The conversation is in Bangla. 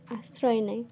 আশ্রয় নেয়